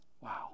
Wow